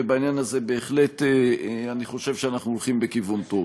ובעניין הזה בהחלט אני חושב שאנחנו הולכים בכיוון טוב.